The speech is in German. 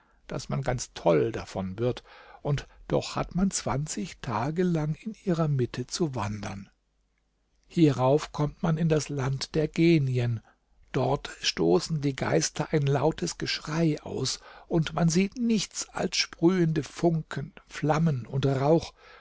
daß man ganz toll davon wird und doch hat man zwanzig tage lang in ihrer mitte zu wandern hierauf kommt man in das land der genien dort stoßen die geister ein lautes geschrei aus und man sieht nichts als sprühende funken flammen und rauch